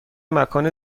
مکان